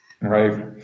Right